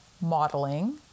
modeling